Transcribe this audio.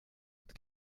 but